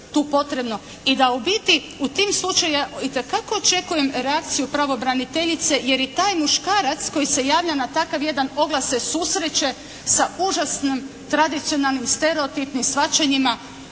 i da u biti u tim slučajevima itekako očekujemo reakciju pravobraniteljice jer je taj muškarac koji se javlja na takav jedan oglas se susreće sa užasnim tradicionalnim stereotipnim shvaćanjima,